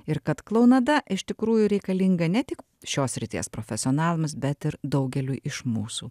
ir kad klounada iš tikrųjų reikalinga ne tik šios srities profesionalams bet ir daugeliui iš mūsų